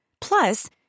Plus